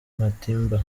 matimba